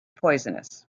poisonous